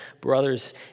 brothers